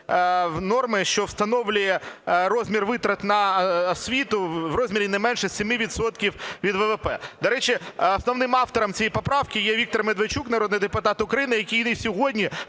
норми, що встановлює розмір витрат на освіту в розмірі не менше 7 відсотків від ВВП. До речі, основним автором цієї поправки є Віктор Медведчук, народний депутат України, який сьогодні,